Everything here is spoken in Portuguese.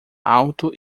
alto